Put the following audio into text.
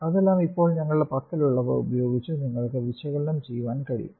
അതെല്ലാം ഇപ്പോൾ ഞങ്ങളുടെ പക്കലുള്ളവ ഉപയോഗിച്ച് നിങ്ങൾക്ക് വിശകലനം ചെയ്യാൻ കഴിയും